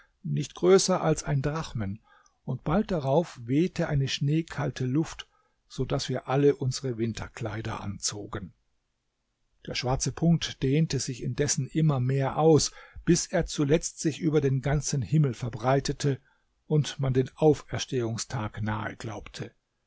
nicht größer als ein drachmen und bald darauf wehte eine schneekalte luft so daß wir alle unsere winterkleider anzogen der schwarze punkt dehnte sich indessen immer mehr aus bis er zuletzt sich über den ganzen himmel verbreitete und man den auferstehungstag nahe glaubte